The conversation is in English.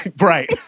right